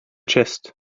chest